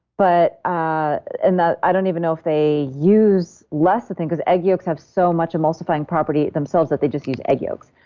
but ah and i don't even know if they use lecithin because egg yolks have so much emulsifying property themselves that they just use egg yolks.